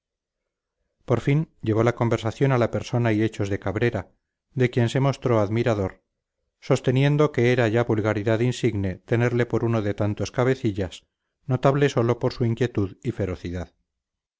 por fin llevó la conversación a la persona y hechos de cabrera de quien se mostró admirador sosteniendo que era ya vulgaridad insigne tenerle por uno de tantos cabecillas notable sólo por su inquietud y ferocidad